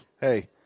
hey